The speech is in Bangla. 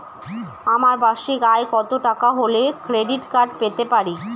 আমার বার্ষিক আয় কত টাকা হলে ক্রেডিট কার্ড পেতে পারি?